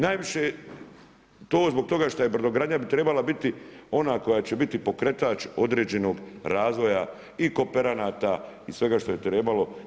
Najviše, to zbog toga što bi brodogradnja bi trebala biti ona koja će biti pokretač određenog razvoja i kooperanata i svega što je trebalo.